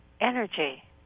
energy